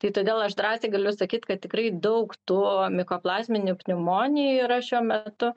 tai todėl aš drąsiai galiu sakyt kad tikrai daug tų mikoplazminių pneumonijų yra šiuo metu